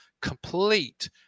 complete